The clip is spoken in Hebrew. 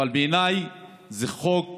אבל בעיניי זה חוק